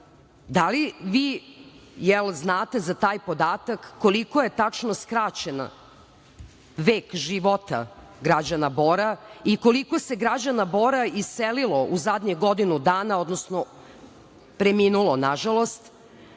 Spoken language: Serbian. da li vi znate za taj podatak koliko je tačno skraćen vek života građana Bora i koliko se građana Bora iselilo u zadnjih godinu dana, odnosno preminulo na žalost.